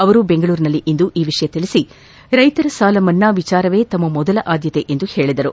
ಅವರು ಬೆಂಗಳೂರಿನಲ್ಲಿಂದು ಈ ವಿಷಯ ತಿಳಿಸಿ ರೈತರ ಸಾಲ ಮನ್ನಾ ವಿಚಾರವೇ ತಮ್ಮ ಮೊದಲ ಆದ್ದತೆ ಎಂದು ಹೇಳಿದರು